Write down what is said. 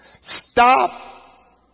Stop